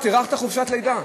את הארכת את חופשת הלידה,